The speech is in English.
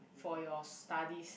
for your studies